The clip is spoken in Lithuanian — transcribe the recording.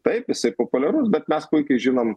taip jisai populiarus bet mes puikiai žinom